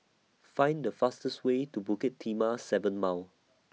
Find The fastest Way to Bukit Timah seven Mile